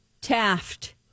Taft